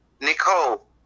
nicole